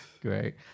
Great